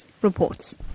reports